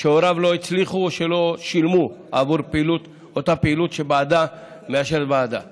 שהוריו לא הצליחו או לא שילמו עבור אותה פעילות שמאשרת ועדת החינוך.